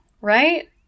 Right